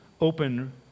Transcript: open